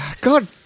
God